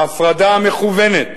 ההפרדה המכוונת